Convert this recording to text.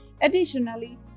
additionally